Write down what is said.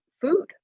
food